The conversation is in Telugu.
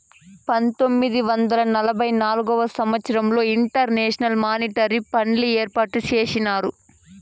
పంతొమ్మిది వందల నలభై నాల్గవ సంవచ్చరంలో ఇంటర్నేషనల్ మానిటరీ ఫండ్ని ఏర్పాటు చేసినారు